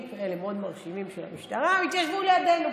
מאוד מרשימים של המשטרה והתיישבו לידנו.